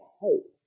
hope